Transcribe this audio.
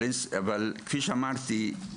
אבל כפי שאמרתי,